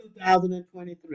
2023